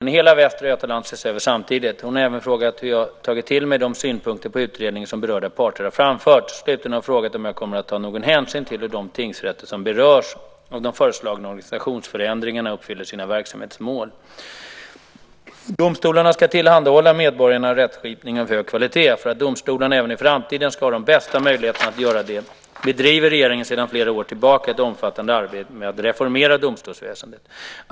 Herr talman! Annika Qarlsson har frågat om jag avser att se till att tingsrättsorganisationen i hela Västra Götalands län ses över samtidigt. Hon har även frågat hur jag har tagit till mig de synpunkter på utredningen som berörda parter har framfört. Slutligen har hon frågat om jag kommer att ta någon hänsyn till hur de tingsrätter som berörs av de föreslagna organisationsförändringarna uppfyller sina verksamhetsmål. Domstolarna ska tillhandahålla medborgarna rättskipning av hög kvalitet. För att domstolarna även i framtiden ska ha de bästa möjligheterna att göra det bedriver regeringen sedan flera år tillbaka ett omfattande arbete med att reformera domstolsväsendet.